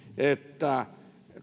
että